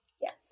yes